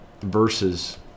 verses